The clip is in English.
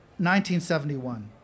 1971